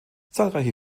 zahlreiche